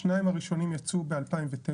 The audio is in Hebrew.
השניים הראשונים יצאו ב-2009.